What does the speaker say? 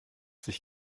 sich